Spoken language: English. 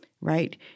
right